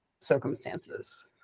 circumstances